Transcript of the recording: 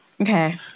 Okay